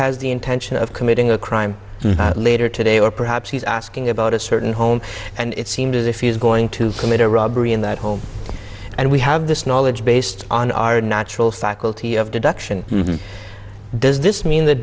has the intention of committing a crime later today or perhaps he's asking about a certain home and it seemed as if he is going to commit a robbery in that home and we have this knowledge based on our natural faculty of deduction does this mean that